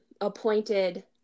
appointed